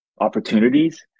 opportunities